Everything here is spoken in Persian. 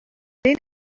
این